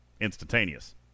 Instantaneous